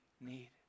need